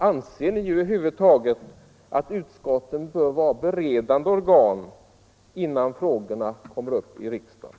Anser ni över huvud taget att utskotten bör vara beredande organ som skall arbeta med frågorna innan de kommer upp i kammaren.